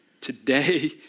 Today